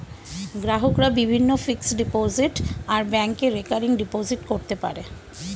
গ্রাহকরা বিভিন্ন fixed deposit আর ব্যাংকে রেকারিং ডিপোজিট করতে পারে